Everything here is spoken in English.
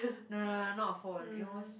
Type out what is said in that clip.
no no no no not a phone it was